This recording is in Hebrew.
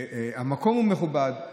המקום מכובד,